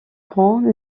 grands